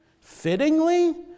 fittingly